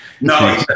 no